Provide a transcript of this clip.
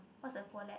what's a polite